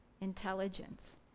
intelligence